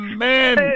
Amen